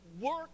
work